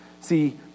See